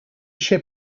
ship